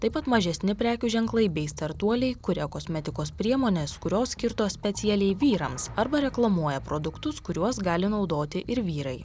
taip pat mažesni prekių ženklai bei startuoliai kuria kosmetikos priemones kurios skirtos specialiai vyrams arba reklamuoja produktus kuriuos gali naudoti ir vyrai